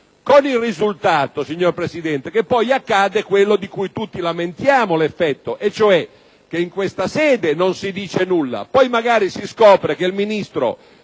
Si rischia infatti che poi accada quello di cui tutti lamentiamo l'effetto e cioè che in questa sede non si dice nulla, poi magari si scopre che il Ministro